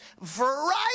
variety